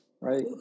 Right